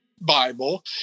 bible